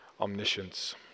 omniscience